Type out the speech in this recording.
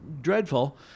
dreadful